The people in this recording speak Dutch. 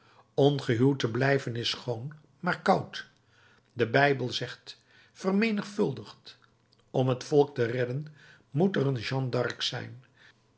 ongehuwd te blijven is schoon maar koud de bijbel zegt vermenigvuldigt om het volk te redden moet er een jeanne d'arc zijn